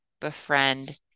befriend